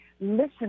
listen